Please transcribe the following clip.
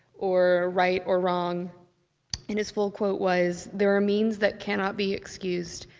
or right or wrong and his full quote was, there are means that cannot be excused.